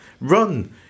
Run